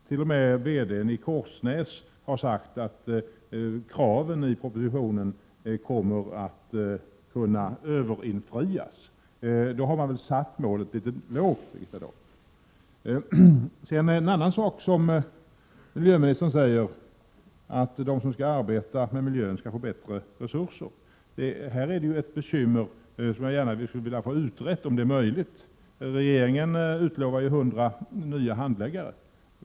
T.o.m. VD-n i Korsnäs har sagt att kraven i propositionen kommer att mer än väl kunna uppfyllas. Därför har man väl satt målet litet väl lågt, Birgitta Dahl. Miljöministern säger att de som skall arbeta med miljön skall få bättre resurser. I detta sammanhang finns det ett bekymmer som jag gärna skulle vilja ha utrett, om det är möjligt. Regeringen utlovar ju 100 nya handläggare.